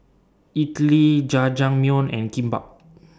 Idili Jajangmyeon and Kimbap